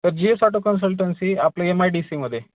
तर G S auto consultancy आपल्या M I D सीमध्ये